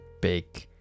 big